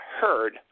heard